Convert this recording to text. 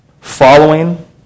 following